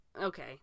okay